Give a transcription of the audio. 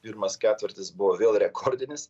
pirmas ketvirtis buvo vėl rekordinis